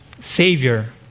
savior